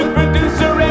producer